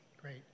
Great